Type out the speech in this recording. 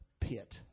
pit